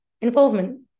involvement